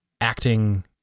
acting